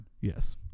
yes